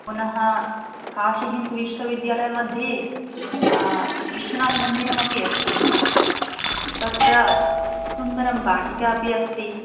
पुनः काशीहिन्दुविश्वविद्यालयमध्ये विश्वनाथमन्दिरमपि अस्ति तत्र सुन्दरी वाटिका अपि अस्ति